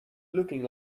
looking